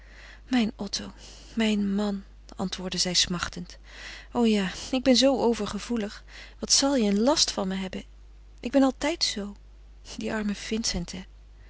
mijn otto mijn man antwoordde zij smachtend o ja ik ben zoo overgevoelig wat zal je een last van me hebben ik ben altijd zoo die arme vincent